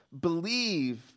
Believe